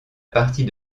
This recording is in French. partie